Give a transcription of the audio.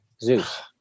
Zeus